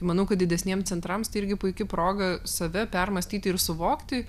manau kad didesniem centrams tai irgi puiki proga save permąstyti ir suvokti